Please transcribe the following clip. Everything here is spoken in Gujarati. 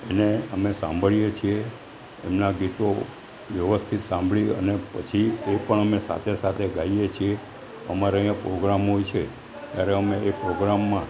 એને અમે સાંભળીએ છીએ એમનાં ગીતો વ્યવસ્થિત સાંભળી અને પછી એ પણ અમે સાથે સાથે ગાઈએ છીએ અમારે અહીંયા પ્રોગ્રામ હોય છે ત્યારે અમે એ પોગ્રામમાં